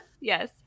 yes